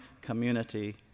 community